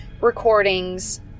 recordings